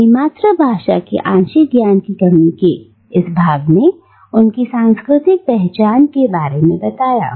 अपनी मातृभाषा के आंशिक ज्ञान की कमी के इस भाव ने उनकी सांस्कृतिक पहचान के बारे में बताया